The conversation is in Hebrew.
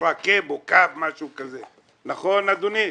נכון אדוני?